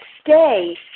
stay